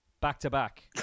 back-to-back